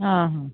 हां हं